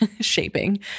shaping